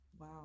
Wow